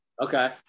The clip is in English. Okay